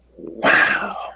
Wow